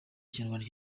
kinyarwanda